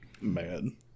Man